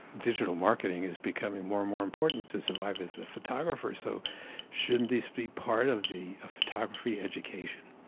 digital marketing is becoming more and more important to survive as a photographer. so shouldn't this be part of the ah photography education?